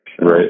right